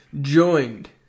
joined